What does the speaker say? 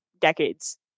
decades